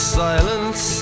silence